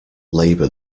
labour